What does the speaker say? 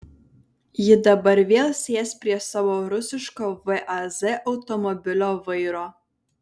ji dabar vėl sės prie savo rusiško vaz automobilio vairo